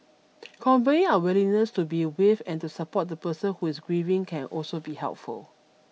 conveying our willingness to be with and to support the person who is grieving can also be helpful